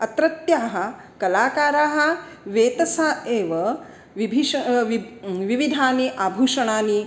अत्रत्याः कलाकाराः वेतसा एव विभिष विव् विविधानि आभूषणानि